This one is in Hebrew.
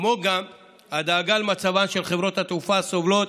כמו גם הדאגה למצבן של חברות התעופה, הסובלות